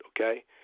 okay